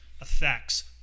effects